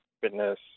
fitness